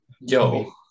yo